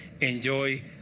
enjoy